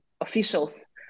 officials